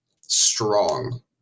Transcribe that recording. Strong